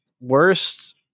Worst